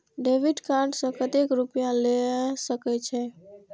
Debit card से कतेक रूपया ले सके छै?